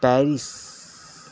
Paris